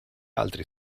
altri